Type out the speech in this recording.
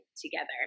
together